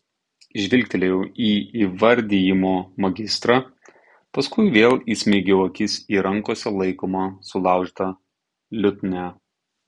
žvilgtelėjau į įvardijimo magistrą paskui vėl įsmeigiau akis į rankose laikomą sulaužytą liutnią